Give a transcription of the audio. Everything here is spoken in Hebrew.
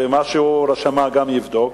ומה שהוא שמע גם יבדוק.